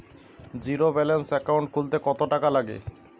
Zero balance account খুলতে কত টাকা লাগে?